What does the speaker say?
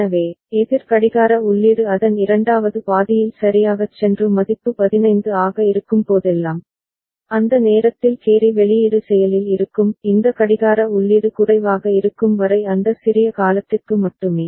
எனவே எதிர் கடிகார உள்ளீடு அதன் இரண்டாவது பாதியில் சரியாகச் சென்று மதிப்பு 15 ஆக இருக்கும்போதெல்லாம் அந்த நேரத்தில் கேரி வெளியீடு செயலில் இருக்கும் இந்த கடிகார உள்ளீடு குறைவாக இருக்கும் வரை அந்த சிறிய காலத்திற்கு மட்டுமே